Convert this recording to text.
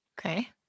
Okay